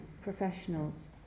professionals